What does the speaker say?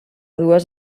dues